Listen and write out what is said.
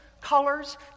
colors